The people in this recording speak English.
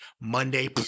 Monday